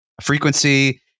frequency